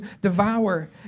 devour